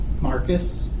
Marcus